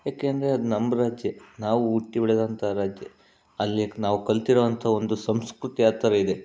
ಯಾಕೆ ಅಂದರೆ ಅದು ನಮ್ಮ ರಾಜ್ಯ ನಾವು ಹುಟ್ಟಿ ಬೆಳೆದಂತಹ ರಾಜ್ಯ ಅಲ್ಲಿ ನಾವು ಕಲಿತಿರುವಂತಹ ಒಂದು ಸಂಸ್ಕೃತಿ ಆ ಥರ ಇದೆ